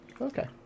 Okay